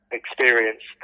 experience